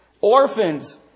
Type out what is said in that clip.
Orphans